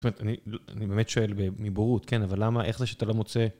זאת אומרת, אני באמת שואל מבורות, כן, אבל למה, איך זה שאתה לא מוצא...